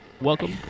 Welcome